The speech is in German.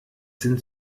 sind